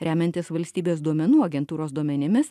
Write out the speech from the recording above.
remiantis valstybės duomenų agentūros duomenimis